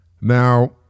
now